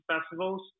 festivals